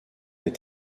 est